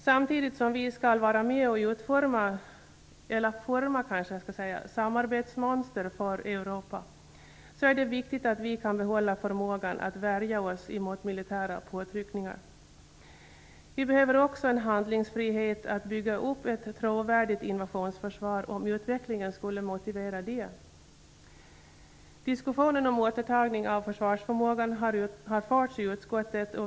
Samtidigt som vi skall vara med och forma samarbetsmönster för Europa, så är det viktigt att vi kan behålla förmågan att värja oss mot militära påtryckningar. Vi behöver också handlingsfrihet att bygga upp ett trovärdigt invasionsförsvar om utvecklingen skulle motivera det. Diskussionen om återtagning av försvarsförmåga har förts i utskottet.